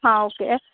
हां ओके